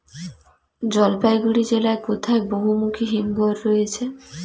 জলপাইগুড়ি জেলায় কোথায় বহুমুখী হিমঘর রয়েছে?